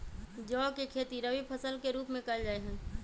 जौ के खेती रवि फसल के रूप में कइल जा हई